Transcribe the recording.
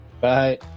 bye